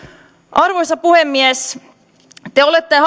arvoisa puhemies te olette